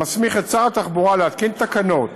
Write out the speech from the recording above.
המסמיך את שר התחבורה להתקין תקנות